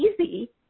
easy